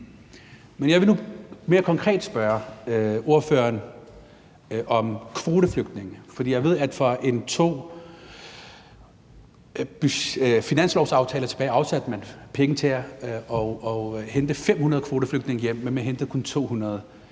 Men jeg vil nu mere konkret spørge ordføreren om kvoteflygtninge, for jeg ved, at man i en finanslovsaftale afsatte penge til at hente 500 kvoteflygtninge hjem, men man hentede kun 200. Er det